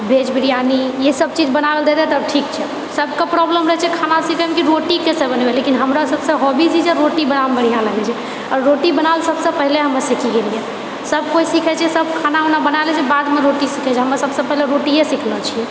veg biryani इएह सबचीज बनावै लए दे तब ठीकछै सबके प्रॉब्लम रहैत छै खाना बनबऽमे कि रोटी कैसे बनेवै लेकिन हमरा सबसँ हॉबी छी जे रोटी बनाबयमे बढ़िआँ लगैत छै आओर रोटी बनाओल सबसँ पहिले हम सिख लेलिए सबकोइ सीखए छै सब खाना वाना बना लेइत छै बादमे रोटी सीखैत छै हम सबसँ पहिले रोटिए सिखले छिए